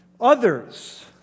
Others